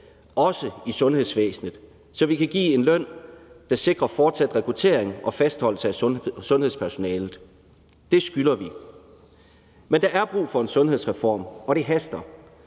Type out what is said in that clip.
også i sundhedsvæsenet, så vi kan give en løn, der sikrer fortsat rekruttering og fastholdelse af sundhedspersonalet. Det skylder vi dem. Men der er brug for en sundhedsreform, og det haster.